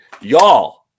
y'all